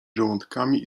żołądkami